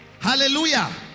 Hallelujah